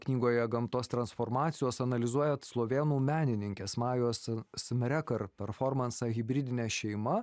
knygoje gamtos transformacijos analizuojat slovėnų menininkės majos smrekar performansą hibridinė šeima